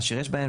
אשר יש בהן,